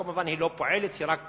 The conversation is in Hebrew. כמובן, היא לא פועלת, היא רק